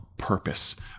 purpose